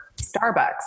Starbucks